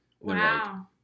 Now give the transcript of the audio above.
Wow